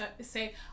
say